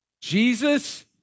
Jesus